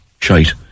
shite